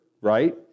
right